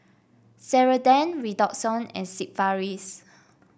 Ceradan Redoxon and Sigvaris